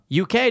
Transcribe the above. UK